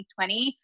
2020